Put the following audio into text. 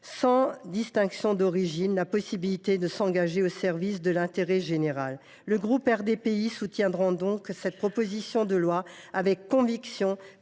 sans distinction d’origine, la possibilité de s’engager au service de l’intérêt général. Le groupe RDPI soutiendra donc cette proposition de loi avec conviction,